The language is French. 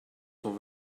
sont